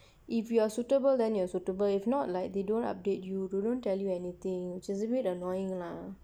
if you are suitable then you're suitable if not like they don't update they don't tell you anything which is a bit annoying lah